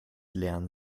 lernen